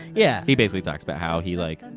yeah. he basically talks about how he, like,